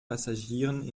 passagieren